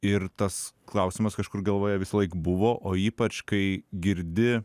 ir tas klausimas kažkur galvoje visąlaik buvo o ypač kai girdi